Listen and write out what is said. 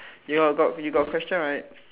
you got got you got question right